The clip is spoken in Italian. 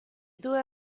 due